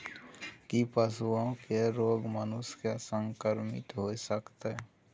की पशुओं के रोग मनुष्य के संक्रमित होय सकते है?